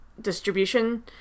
distribution